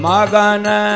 Magana